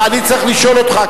אבל אני צריך לשאול אותך,